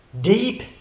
Deep